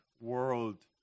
world